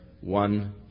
one